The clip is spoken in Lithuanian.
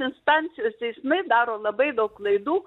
instancijos teismai daro labai daug klaidų